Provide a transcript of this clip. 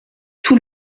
tout